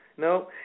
No